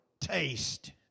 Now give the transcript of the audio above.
taste